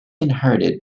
inherited